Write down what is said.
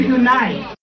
unite